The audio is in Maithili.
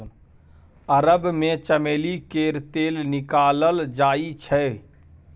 अरब मे चमेली केर तेल निकालल जाइ छै